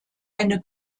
eine